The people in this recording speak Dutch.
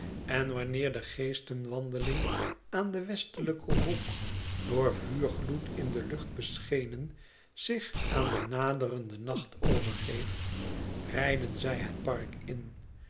en wanneer de geestenwandeling aan den westelijken hoek door een vuurgloed in de lucht beschenen zich aan den naderenden nacht overgeeft rijden zij het park in